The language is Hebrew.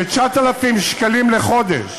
כ-9,000 שקלים לחודש